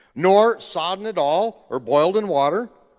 nor sodden at all or boiled in water,